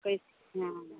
कैसे हाँ